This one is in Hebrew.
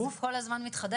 אז זה כל הזמן מתחדש?